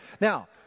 Now